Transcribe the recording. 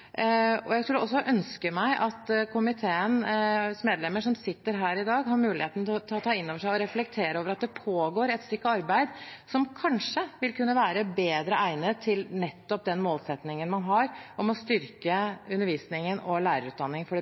komitébehandlingen. Jeg skulle også ønske at komiteens medlemmer, som sitter her i dag, hadde mulighet til å ta innover seg og reflektere over at det pågår et stykke arbeid som kanskje vil kunne være bedre egnet til nettopp den målsettingen man har om å styrke undervisningen og lærerutdanningen for